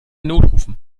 notrufen